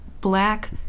black